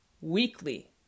weekly